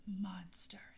Monsters